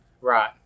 Right